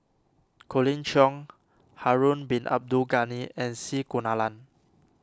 Colin Cheong Harun Bin Abdul Ghani and C Kunalan